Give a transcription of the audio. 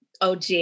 OG